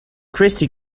christie